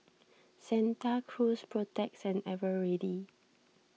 Santa Cruz Protex and Eveready